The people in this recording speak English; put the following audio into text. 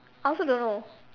I also don't know